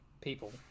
people